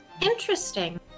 interesting